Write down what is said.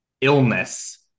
illness